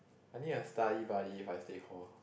I need a study buddy if I stay hall